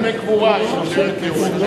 בשביל לשלם את דמי הקבורה היא מוגדרת כיורשת.